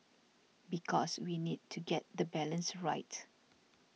because we need to get the balance right